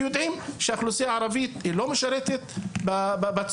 כי יודעים שהאוכלוסייה הערבית לא משרתת בצבא,